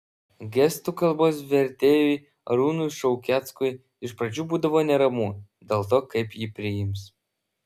gestų kalbos vertėjui arūnui šaukeckui iš pradžių būdavo neramu dėl to kaip jį priims